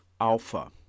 alpha